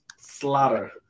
Slaughter